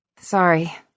Sorry